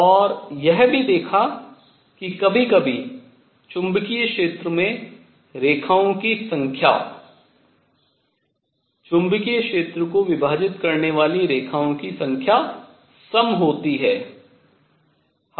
और यह भी देखा कि कभी कभी चुंबकीय क्षेत्र में रेखाओं की संख्या चुंबकीय क्षेत्र को विभाजित करने वाली रेखाओं की संख्या सम होती है